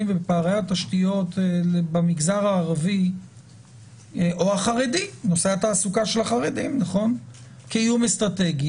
ובפערי התשתיות במגזר הערבי או החרדי קיום אסטרטגי.